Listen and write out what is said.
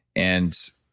and